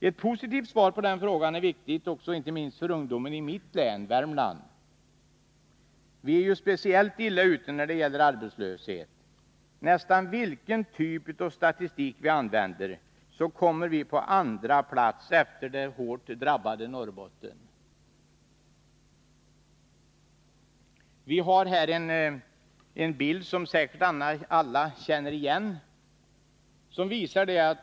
Ett positivt svar på denna fråga är viktigt inte minst för ungdomen i mitt län, Värmlands län. Värmlands län är ju speciellt illa ute när det gäller arbetslöshet. Nästan vilken typ av statistik som helst visar att Värmland kommer på andra plats efter det hårt drabbade Norrbotten. På bildskärmen visar jag nu en bild som alla säkert känner igen.